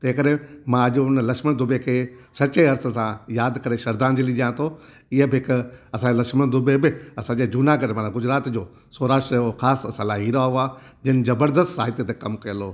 तंहिं करे मां अॼु उन लक्ष्मण दुबे खे सचे अर्स सां यादि करे श्रद्धांजली ॾियां थो इअ बि हिकु असांजा लक्ष्मण दुबे बि असांजे जूनागढ़ माना गुजरात जो स्वराष्ट्र जो ख़ासि सलाहीरा हुआ जिन जबरदस्तु साहित्य ते कमु कियल हो